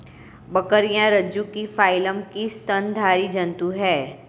बकरियाँ रज्जुकी फाइलम की स्तनधारी जन्तु है